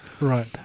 right